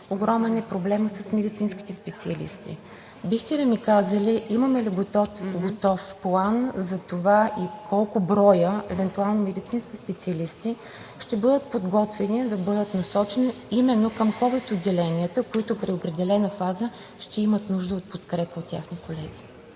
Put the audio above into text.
огромен е проблемът с медицинските специалисти. Бихте ли ми казали имаме ли готов план за това и евентуално колко броя медицински специалисти ще бъдат подготвени да бъдат насочени именно към ковид отделенията, които при определена фаза ще имат нужда от подкрепа от техни колеги?